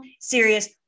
serious